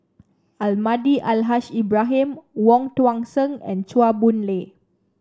Almahdi Al Haj Ibrahim Wong Tuang Seng and Chua Boon Lay